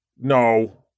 No